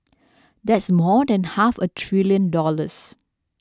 that's more than half a trillion dollars